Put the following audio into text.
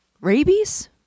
rabies